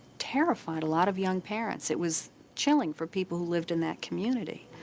terrified a lot of young parents. it was chilling for people who lived in that community.